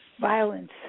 violence